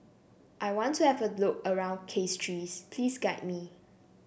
I want to have a look around Castries please guide me